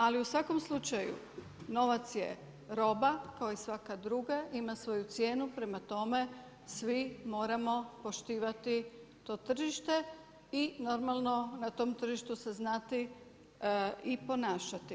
Ali u svakom slučaju novac je roba kao i svaka druga, ima svoju cijenu prema tome svi moramo poštivati to tržište i normalno na tom tržištu se znati i ponašati.